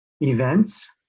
events